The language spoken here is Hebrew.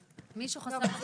למישהו חסר טאבלט?